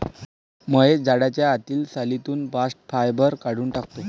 महेश झाडाच्या आतील सालीतून बास्ट फायबर काढून टाकतो